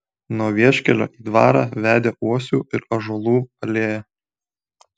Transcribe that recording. nuo vieškelio į dvarą vedė uosių ir ąžuolų alėja